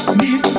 need